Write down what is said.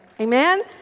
Amen